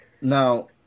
Now